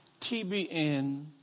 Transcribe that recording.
TBN